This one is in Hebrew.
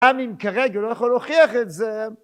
גם אם כרגע, לא יכול להוכיח את זה.